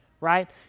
right